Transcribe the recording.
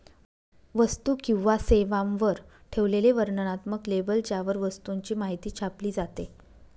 वस्तू किंवा सेवांवर ठेवलेले वर्णनात्मक लेबल ज्यावर वस्तूची माहिती छापली जाते